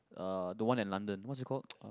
uh the one in London what is called uh